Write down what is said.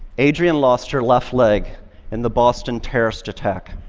adrianne lost her left leg in the boston terrorist attack.